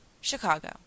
Chicago